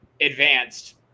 advanced